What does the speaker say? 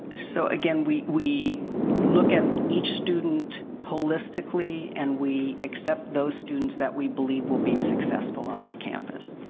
so, again, we we look at each student holistically and we accept those students that we believe will be successful on our campus.